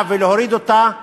הממשלה ולהוריד אותה,